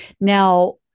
Now